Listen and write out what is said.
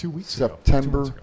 September